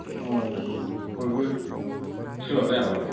औ बयबो सोलाब लायाबालाय